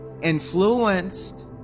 influenced